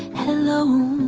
hello.